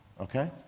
okay